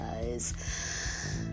guys